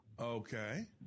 Okay